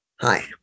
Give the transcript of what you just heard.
Hi